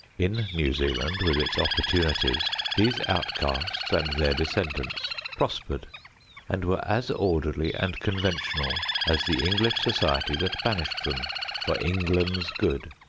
in new zealand with its opportunities these outcasts and their descendants prospered and were as orderly and conventional as the english society that banished them for england's good.